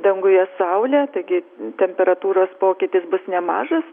danguje saulė taigi temperatūros pokytis bus nemažas